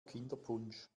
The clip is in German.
kinderpunsch